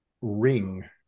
ring